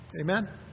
Amen